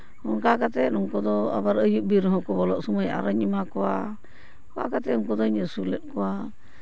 ᱚᱱᱠᱟ ᱠᱟᱛᱮᱫ ᱩᱱᱠᱩ ᱫᱚ ᱟᱵᱟᱨ ᱟᱹᱭᱩᱵ ᱵᱮᱨ ᱦᱚᱸ ᱵᱚᱞᱚᱜ ᱥᱚᱢᱚᱭ ᱟᱨᱚᱧ ᱮᱢᱟ ᱠᱚᱣᱟ ᱚᱱᱠᱟ ᱠᱟᱛᱮᱫ ᱩᱱᱠᱩ ᱫᱚᱧ ᱟᱹᱥᱩᱞᱞᱮᱫ ᱠᱚᱣᱟ